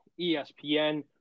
ESPN